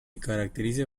caracteriza